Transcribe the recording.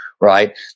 right